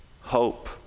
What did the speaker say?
hope